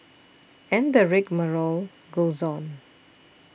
and the rigmarole goes on